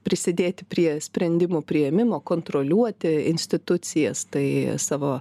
prisidėti prie sprendimų priėmimo kontroliuoti institucijas tai savo